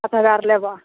पॉंच हजार लेबो